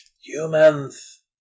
Humans